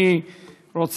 הסוחף הזה,